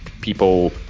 people